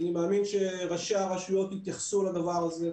אני מאמין שראשי הרשויות יתייחסו לדבר הזה.